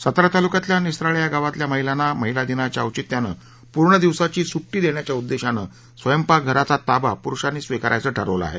सातारा तालुक्यातल्या निसराळे या गावातल्या महिलांना महिला दिनाच्या औचित्यानं पूर्ण दिवासाची देण्याच्या सूड्टी उद्देशानं स्वंयपाक घराचा ताबा पुरुषांनी स्वीकारायचं ठरवलं आहे